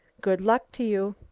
good luck to you.